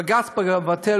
בג"ץ מבטל,